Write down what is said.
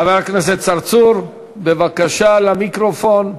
תיאוריה.חבר הכנסת צרצור, בבקשה למיקרופון.